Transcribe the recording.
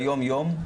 ביום-יום,